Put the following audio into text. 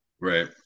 Right